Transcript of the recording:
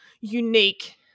unique